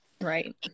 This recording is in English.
right